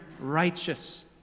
righteous